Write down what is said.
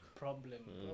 problem